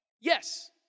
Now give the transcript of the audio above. yes